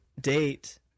date